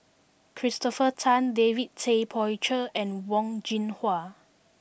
Christopher Tan David Tay Poey Cher and Wen Jinhua